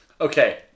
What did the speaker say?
okay